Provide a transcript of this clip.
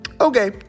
Okay